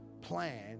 plan